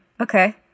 Okay